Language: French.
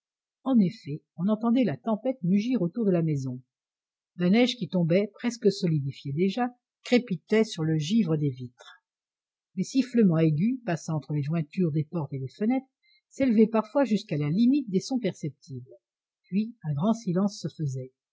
en effet on entendait la tempête mugir autour de la maison la neige qui tombait presque solidifiée déjà crépitait sur le givre des vitres des sifflements aigus passant entre les jointures des portes et des fenêtres s'élevaient parfois jusqu'à la limite des sons perceptibles puis un grand silence se faisait